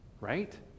Right